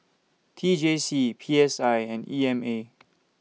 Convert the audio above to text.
T J C P S I and E M A